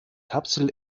kapsel